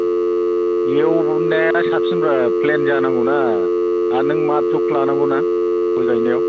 एवनाया साबसिनब्रा प्लेन जानांगौना आरो नों मा जख लानांगौना गय गायनायाव